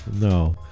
No